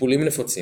טיפולים נפוצים